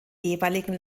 jeweiligen